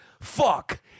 fuck